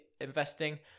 investing